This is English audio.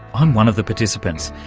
i'm one of the participants,